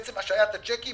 עצם השהיית הצ'קים